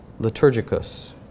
liturgicus